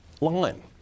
line